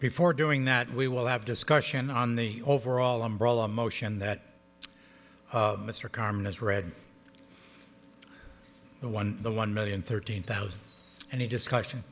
before doing that we will have discussion on the overall umbrella motion that mr carmine has read the one the one million thirteen thousand and he discussion